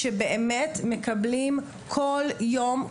שבאמת מקבלים כל יום,